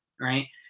Right